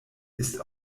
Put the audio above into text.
ist